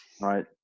right